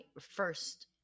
first